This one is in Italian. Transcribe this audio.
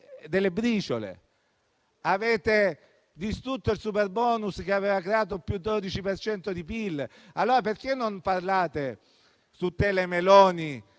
delle briciole. Avete distrutto il superbonus che aveva creato + 12 per cento di PIL. Allora perché non parlate su TeleMeloni